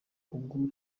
ubwo